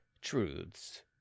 Truths